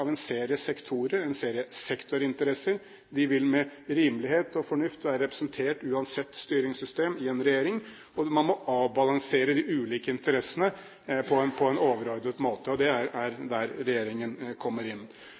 av en serie sektorer, en serie sektorinteresser. De vil med rimelighet og fornuft være representert uansett styringssystem i en regjering, og man må avbalansere de ulike interessene på en overordnet måte. Det er der regjeringen kommer inn.